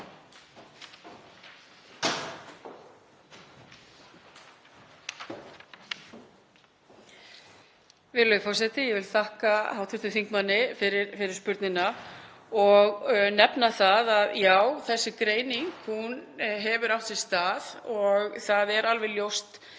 Virðulegi forseti. Ég vil þakka hv. þingmanni fyrir fyrirspurnina og nefna það að já, þessi greining hefur átt sér stað og það er alveg ljóst